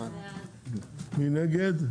מי נגד?